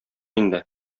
инде